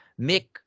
Mick